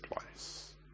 place